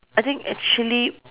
I think actually